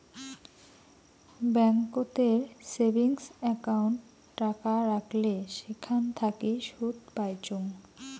ব্যাংকোতের savings account টাকা রাখলে সেখান থাকি সুদ পাইচুঙ